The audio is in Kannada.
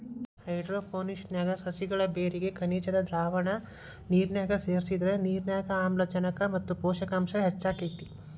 ಹೈಡ್ರೋಪೋನಿಕ್ಸ್ ನ್ಯಾಗ ಸಸಿಗಳ ಬೇರಿಗೆ ಖನಿಜದ್ದ ದ್ರಾವಣ ನಿರ್ನ್ಯಾಗ ಸೇರ್ಸಿದ್ರ ನಿರ್ನ್ಯಾಗ ಆಮ್ಲಜನಕ ಮತ್ತ ಪೋಷಕಾಂಶ ಹೆಚ್ಚಾಕೇತಿ